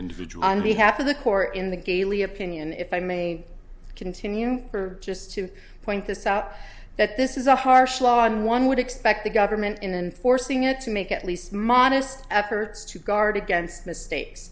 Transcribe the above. individual on behalf of the corps in the gailey opinion if i may continue or just to point this out that this is a harsh law and one would expect the government in forcing it to make at least modest efforts to guard against mistakes